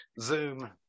Zoom